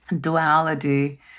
duality